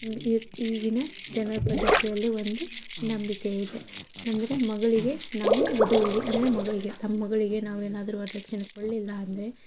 ಈಗಿನ ಜನಪದ್ದತಿಯಲ್ಲಿ ಒಂದು ನಂಬಿಕೆ ಇದೆ ಅಂದರೆ ಮಗಳಿಗೆ ನಾವು ವಧುವಿಗೆ ಅಂದರೆ ಮಗಳಿಗೆ ತಮ್ಮ ಮಗಳಿಗೆ ನಾವೇನಾದರೂ ವರದಕ್ಷಿಣೆ ಕೊಡಲಿಲ್ಲ ಅಂದರೆ